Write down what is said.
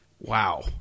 Wow